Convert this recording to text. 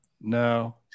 No